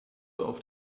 auf